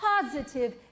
Positive